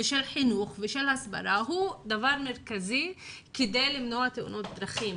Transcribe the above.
של חינוך ושל הסברה הוא דבר מרכזי כדי למנוע תאונות דרכים